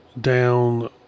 down